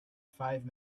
five